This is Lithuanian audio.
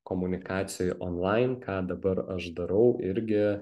komunikacijų onlain ką dabar aš darau irgi